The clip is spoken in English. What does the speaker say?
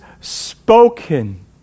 spoken